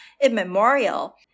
immemorial